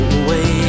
away